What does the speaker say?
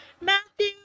Matthew